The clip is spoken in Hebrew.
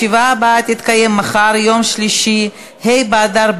הצעת חוק ההוצאה לפועל (תיקון מס' 50) (אי-חיוב בריבית